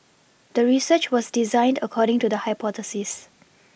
the research was designed according to the hypothesis